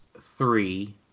three